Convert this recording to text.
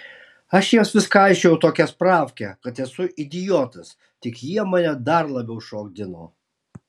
aš jiems vis kaišiojau tokią spravkę kad esu idiotas tik jie mane dar labiau šokdino